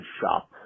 Shop